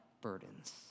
burdens